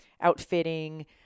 outfitting